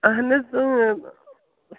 اہن حظ